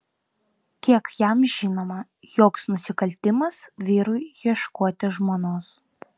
kiek jam žinoma joks nusikaltimas vyrui ieškoti žmonos